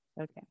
Okay